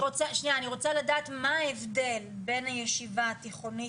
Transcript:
אני רוצה לדעת מה ההבדל בין הישיבה התיכונית